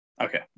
Okay